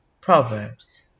Proverbs